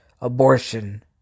abortion